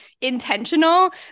intentional